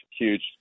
huge